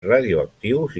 radioactius